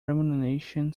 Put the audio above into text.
remuneration